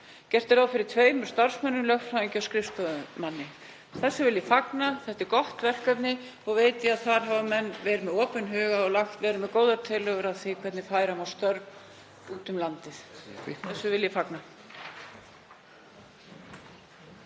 Gert er ráð fyrir tveimur starfsmönnum, lögfræðingi og skrifstofumanni. Þessu vil ég fagna. Þetta er gott verkefni og veit ég að þar hafa menn verið með opinn huga og góðar tillögur að því hvernig færa má störf út um landið. Þessu vil ég fagna.